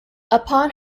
upon